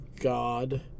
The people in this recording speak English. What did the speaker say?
God